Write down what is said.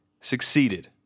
succeeded